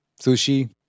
sushi